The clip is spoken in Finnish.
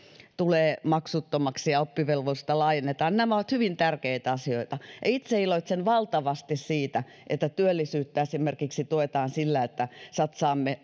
tulee maksuttomaksi ja oppivelvollisuutta laajennetaan nämä ovat hyvin tärkeitä asioita ja itse iloitsen valtavasti siitä että työllisyyttä esimerkiksi tuetaan sillä että satsaamme